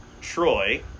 troy